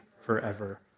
forever